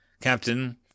Captain